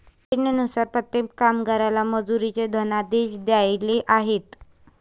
योजनेनुसार प्रत्येक कामगाराला मजुरीचे धनादेश द्यायचे आहेत